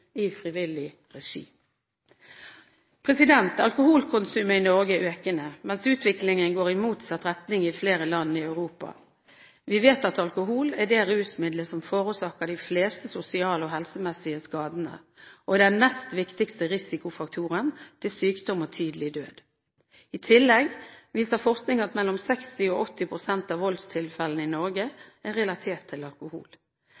i frivillig regi. Alkoholkonsumet i Norge er økende, mens utviklingen går i motsatt retning i flere land i Europa. Vi vet at alkohol er det rusmiddelet som forårsaker de fleste sosiale og helsemessige skadene, og er den nest viktigste risikofaktoren for sykdom og tidlig død. I tillegg viser forskning at mellom 60 og 80 pst. av voldstilfellene i Norge er relatert til alkohol.